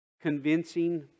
convincing